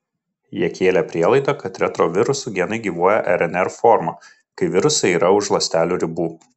jie kėlė prielaidą kad retrovirusų genai gyvuoja rnr forma kai virusai yra už ląstelių ribų